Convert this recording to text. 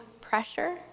pressure